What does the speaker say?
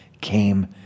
came